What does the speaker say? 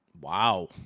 Wow